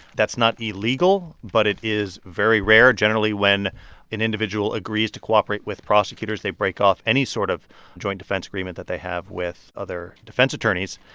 that's not illegal, but it is very rare. generally, when an individual agrees to cooperate with prosecutors, they break off any sort of joint defense agreement that they have with other defense attorneys.